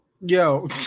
Yo